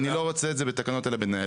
אני לא רוצה את זה בתקנות, אלא בנהלים.